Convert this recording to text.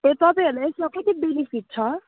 ए तपाईँहरूलाई यसमा कति बेनिफिट छ